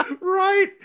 Right